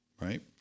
Right